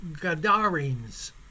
Gadarenes